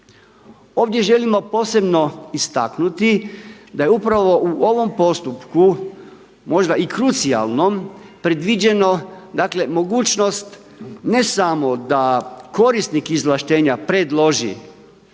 Ovdje želimo posebno istaknuti da je upravo u ovom postupku možda i krucijalnom predviđeno, dakle mogućnost ne samo da korisnik izvlaštenja predloži